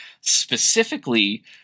specifically